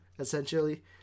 Essentially